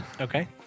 Okay